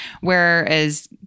Whereas